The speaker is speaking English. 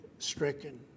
stricken